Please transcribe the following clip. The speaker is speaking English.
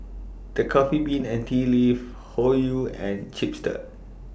The Coffee Bean and Tea Leaf Hoyu and Chipster